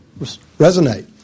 resonate